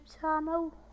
channel